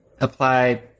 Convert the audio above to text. apply